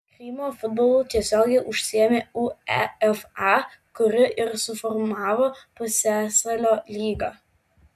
krymo futbolu tiesiogiai užsiėmė uefa kuri ir suformavo pusiasalio lygą